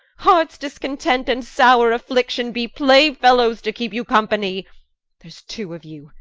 hearts discontent, and sowre affliction, be play-fellowes to keepe you companie there's two of you,